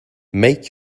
make